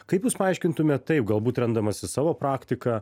kaip jūs paaiškintumėt tai galbūt remdamasi savo praktika